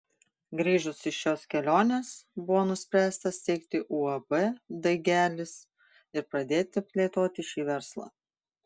grįžus iš šios kelionės buvo nuspręsta steigti uab daigelis ir pradėti plėtoti šį verslą